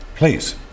Please